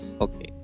okay